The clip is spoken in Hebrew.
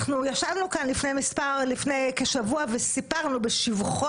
אנחנו ישבנו כאן לפני כשבוע וסיפרנו בשבחו